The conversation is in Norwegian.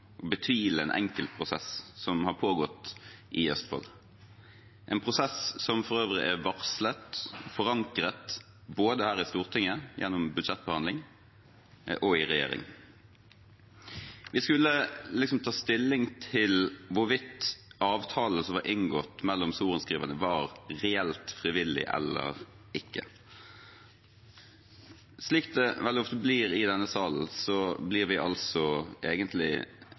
og betvile en enkeltprosess som har pågått i Østfold, en prosess som for øvrig er varslet og forankret, både her i Stortinget gjennom budsjettbehandling og i regjeringen. Vi skulle liksom ta stilling til hvorvidt avtalene som var inngått mellom sorenskriverne, var reelt frivillige eller ikke. Slik det veldig ofte blir i denne salen, blir vi